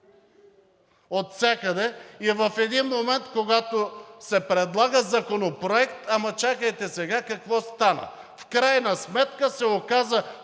отвсякъде и в един момент, когато се предлага законопроект – ама, чакайте сега, какво стана? В крайна сметка се оказа,